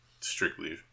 strictly